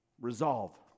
Resolve